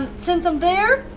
since i'm there,